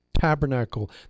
Tabernacle